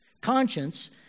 Conscience